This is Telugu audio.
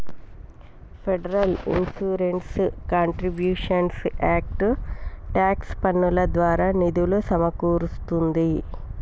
federal insurance contributions act tax పన్నుల ద్వారా నిధులు సమకూరుస్తాంది